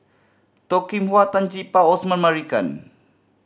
Toh Kim Hwa Tan Gee Paw Osman Merican